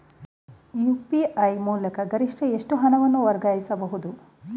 UPI ಮೂಲಕ ಗರಿಷ್ಠ ಎಷ್ಟು ಹಣವನ್ನು ವರ್ಗಾಯಿಸಬಹುದು?